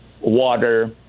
water